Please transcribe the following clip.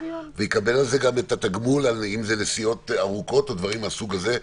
יקבל על זה גם את התגמול אם זה נסיעות ארוכות או דברים מהסוג הזה,